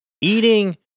Eating